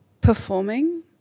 performing